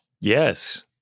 Yes